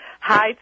hi